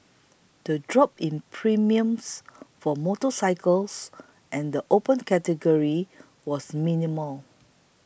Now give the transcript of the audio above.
the drop in premiums for motorcycles and the Open Category was minimal